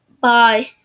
Bye